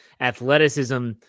athleticism